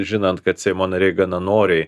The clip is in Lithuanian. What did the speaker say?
žinant kad seimo nariai gana noriai